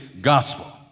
gospel